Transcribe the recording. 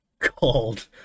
called